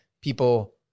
people